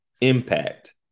impact